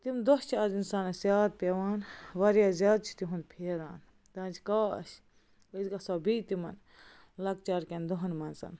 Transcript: تِم دۄہ چھِ آز اِنسانس یاد پٮ۪وان واریاہ زیادٕ چھِ تِہُنٛد پھیران دَپان چھِ کاش أسۍ گژھ ہو بیٚیہِ تِمن لۄکچارکٮ۪ن دۄہن منٛز